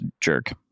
jerk